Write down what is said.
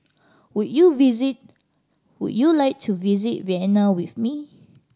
would you visit would you like to visit Vienna with me